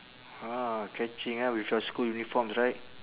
ah catching ah with your school uniforms right